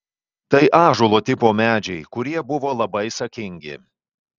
tai ąžuolo tipo medžiai kurie buvo labai sakingi